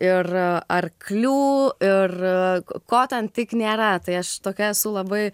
ir arklių ir ko ten tik nėra tai aš tokia esu labai